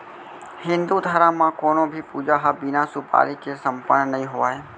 हिन्दू धरम म कोनों भी पूजा ह बिना सुपारी के सम्पन्न नइ होवय